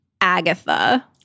Agatha